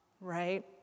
right